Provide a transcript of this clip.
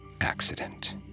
accident